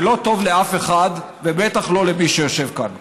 זה לא טוב לאף אחד ובטח לא למי שיושב כאן.